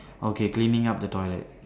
okay cleaning up the toilet